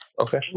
Okay